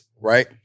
right